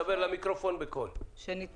בקשר לשאלה שנשאלה